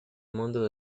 mundo